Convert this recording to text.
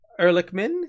Ehrlichman